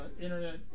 internet